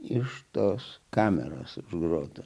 iš tos kameros grotų